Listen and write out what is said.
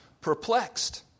Perplexed